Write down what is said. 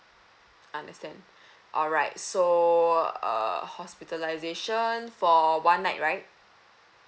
understand alright so uh hospitalisation for one night right